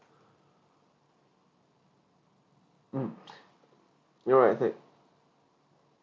mm